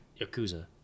Yakuza